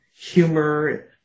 humor